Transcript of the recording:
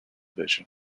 division